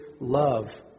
love